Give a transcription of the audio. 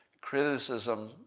criticism